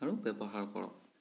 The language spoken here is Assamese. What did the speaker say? আৰু ব্যৱহাৰ কৰক